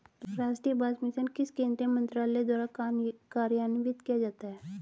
राष्ट्रीय बांस मिशन किस केंद्रीय मंत्रालय द्वारा कार्यान्वित किया जाता है?